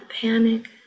panic